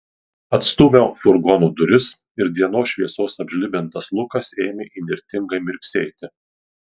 atstūmiau furgono duris ir dienos šviesos apžlibintas lukas ėmė įnirtingai mirksėti